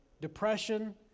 depression